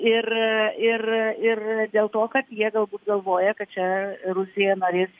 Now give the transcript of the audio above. ir ir ir dėl to kad jie galbūt galvoja kad čia rusija norės